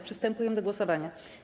Przystępujemy do głosowania.